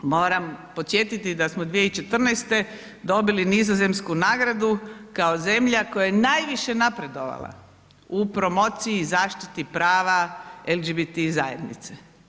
Moram podsjetiti da smo 2014. dobili nizozemsku nagradu kao zemlja koja je najviše napredovala u promociji i zaštiti prava LGBT zajednice.